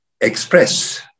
express